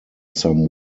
some